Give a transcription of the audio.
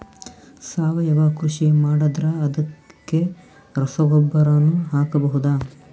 ಸಾವಯವ ಕೃಷಿ ಮಾಡದ್ರ ಅದಕ್ಕೆ ರಸಗೊಬ್ಬರನು ಹಾಕಬಹುದಾ?